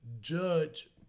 judge